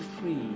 free